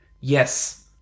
yes